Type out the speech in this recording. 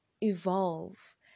evolve